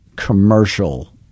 Commercial